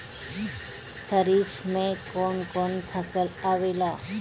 खरीफ में कौन कौन फसल आवेला?